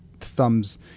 thumbs